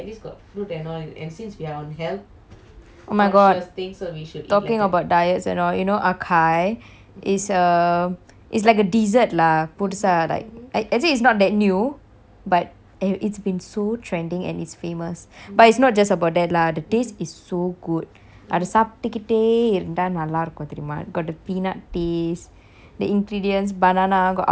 oh my god talking about diets and all you know acai is a it's like a dessert lah புதுசா:pudusa like actually it's not that new but it it's been so trending and it's famous but it's not just about that lah the taste is so good அத சாப்டுக்குதே இருந்தா நல்ல இருக்கும் தெரியுமா:athey saaptukuteh iruntha nalla irukkum theriyuma got the peanut paste the ingredients banana got avocado whatever you wanna add in ah you will just have to tell them